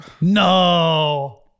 no